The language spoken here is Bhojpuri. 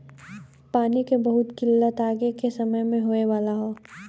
पानी के बहुत किल्लत आगे के समय में होए वाला हौ